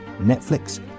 Netflix